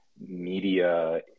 media